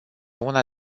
una